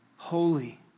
holy